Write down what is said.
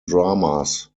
dramas